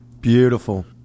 Beautiful